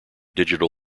digital